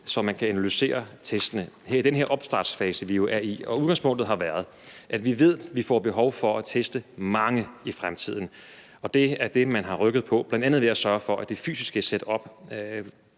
så man kan analysere testene her i den her opstartsfase, som vi jo er i. Udgangspunktet har været, at vi ved, at vi får behov for at teste mange i fremtiden. Det er det, man har rykket på, bl.a. ved at sørge for, at det fysiske setup